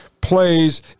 plays